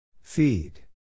Feed